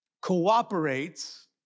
cooperates